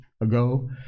ago